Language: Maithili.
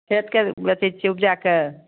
खेतके बेचैत छियै उपजाके